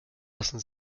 lassen